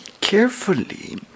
carefully